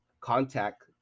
contact